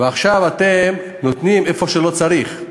ועכשיו אתם נותנים איפה שלא צריך.